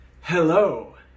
hello